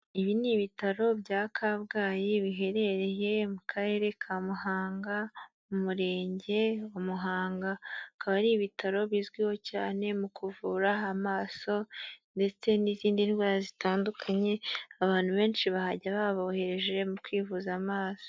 Ibi ni ibitaro bya Kabgayi biherereye mu Karere ka Muhanga mu murenge wa Muhanga, akaba ari ibitaro bizwiho cyane mu kuvura amaso ndetse n'izindi ndwara zitandukanye, abantu benshi bahajya babohereje mu kwivuza amaso.